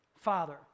Father